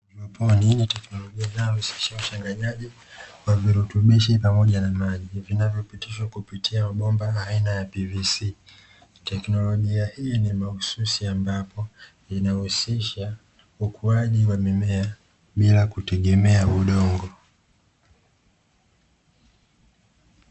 Hydroponik ni teknolojia inayohusisha uchanganyaji wa virutubisho pamoja na maji, vinavyopitishwa kupitiaoni teknolojia hii ni mahususi ambapo yanahusisha ukuaji wa mimea bila kutegemea uwepo wa udongo.